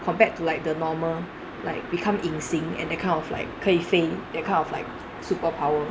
compared to like the normal like become 隐形 and that kind of like 可以飞 that kind of like superpower